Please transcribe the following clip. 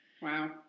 Wow